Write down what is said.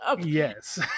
Yes